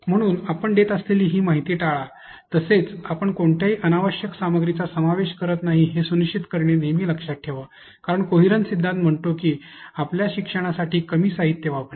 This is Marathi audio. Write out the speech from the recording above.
म्हणून आपण देत असलेली ही माहिती टाळा तसेच आपण कोणत्याही अनावश्यक सामग्रीचा समावेश करीत नाही हे सुनिश्चित करणे नेहमी लक्षात ठेवा कारण कोहिरन्स सिद्धांत म्हणतो की चांगल्या शिक्षणासाठी कमी साहित्य वापरा